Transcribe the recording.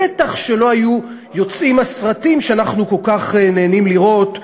בטח שלא היו יוצאים הסרטים שאנחנו כל כך נהנים לראות,